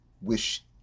wish